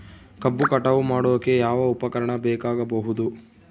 ಕಬ್ಬು ಕಟಾವು ಮಾಡೋಕೆ ಯಾವ ಉಪಕರಣ ಬೇಕಾಗಬಹುದು?